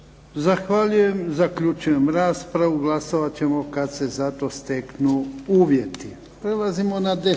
Zahvaljujem. Zaključujem raspravu, glasovat ćemo kad se za to steknu uvjeti. **Bebić, Luka